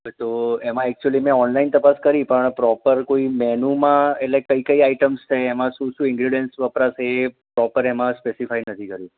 તો એમાં એકચ્યુલી મેં ઓનલાઇન તપાસ કરી પણ આ પ્રોપર કોઈ મેનૂમાં એટલે કઈ કઈ આયટમસ છે એમાં શું શું ઈંગરિડિયન્સ વપરાશે એ પ્રોપર એમાં સ્પેસિફાય નથી કર્યું